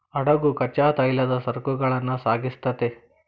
ಹಡಗು ಕಚ್ಚಾ ತೈಲದ ಸರಕುಗಳನ್ನ ಸಾಗಿಸ್ತೆತಿ